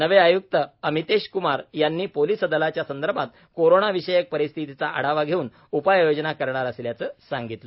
नवे आयुक्त अमितेश कुमार यांनी पोलिस दलाच्या संदर्भात कोरोना विषयक परिस्थितीचा आढावा घेऊन उपाययोजना करणार असल्याचं सांगितलं